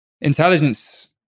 Intelligence